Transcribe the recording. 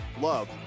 love